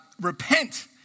repent